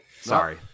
Sorry